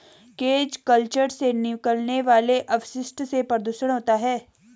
cage culture से निकलने वाले अपशिष्ट से प्रदुषण होता है